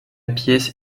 pièce